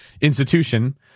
institution